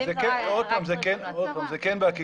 עוד פעם, זה כן בעיה.